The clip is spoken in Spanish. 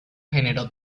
generó